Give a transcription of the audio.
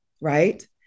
Right